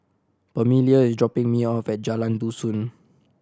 Permelia is dropping me off at Jalan Dusun